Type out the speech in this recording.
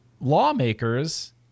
lawmakers